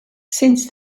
since